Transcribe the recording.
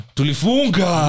Tulifunga